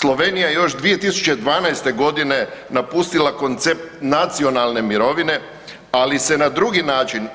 Slovenija je još 2012.g. napustila koncept nacionalne mirovine, ali se na drugi način